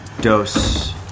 Dose